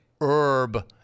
Herb